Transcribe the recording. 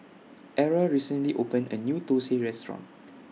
Era recently opened A New Thosai Restaurant